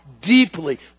deeply